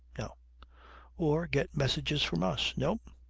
no or get messages from us no.